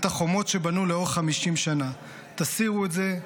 את החומות שבנו לאורך 50 שנה --- תסירו את זה".